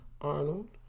Arnold